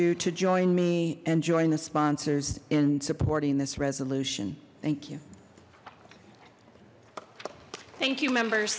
you to join me and join the sponsors in supporting this resolution thank you thank you members